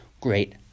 great